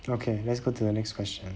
okay let's go to the next question